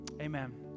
amen